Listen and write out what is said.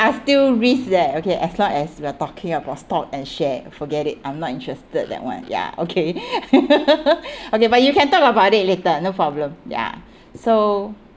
are still risks leh okay as long as we're talking about stock and share forget it I'm not interested that [one] ya okay okay but you can talk about it later no problem ya so